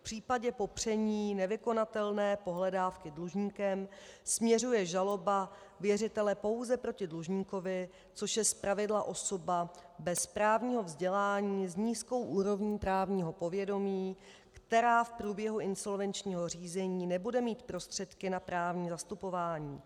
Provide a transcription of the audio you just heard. V případě popření nevykonatelné pohledávky dlužníkem směřuje žaloba věřitele pouze proti dlužníkovi, což je zpravidla osoba bez právního vzdělání, s nízkou úrovní právního povědomí, která v průběhu insolvenčního řízení nebude mít prostředky na právní zastupování.